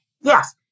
Yes